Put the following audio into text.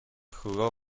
jugó